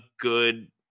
good